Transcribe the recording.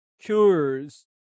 cures